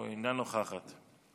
אינה נוכחת,